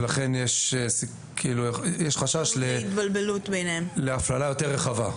ולכן יש חשש להפללה יותר רחבה,